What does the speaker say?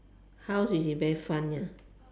house which is very fun ya